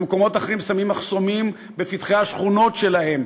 במקומות אחרים שמים מחסומים בפתחי השכונות שלהם,